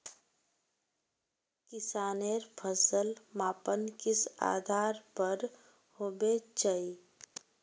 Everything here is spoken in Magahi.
किसानेर फसल मापन किस आधार पर होबे चही?